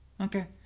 Okay